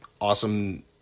Awesome